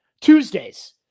Tuesdays